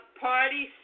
party